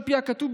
על פי הכתוב,